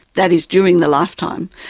that is, during the lifetime,